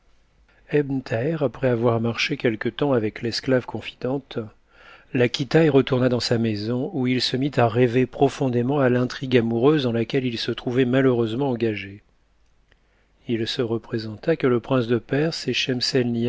après avoir marché quelque temps avec l'esclave confidente la quitta et retourna dans sa maison où il se mit à rêver profondément à l'intrigue amoureuse dans laquelle il se trouvait malheureusement engagé il se représenta que le prince de perse et